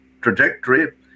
trajectory